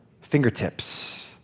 fingertips